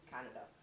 Canada